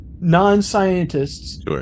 non-scientists